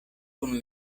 kun